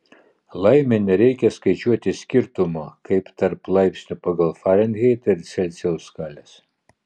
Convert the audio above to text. laimė nereikia skaičiuoti skirtumo kaip tarp laipsnių pagal farenheito ir celsijaus skales